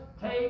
take